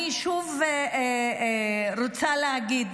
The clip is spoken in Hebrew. אני שוב רוצה להגיד